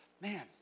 man